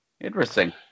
interesting